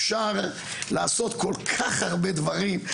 אפשר לעשות כל כך הרבה דברים,